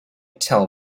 tell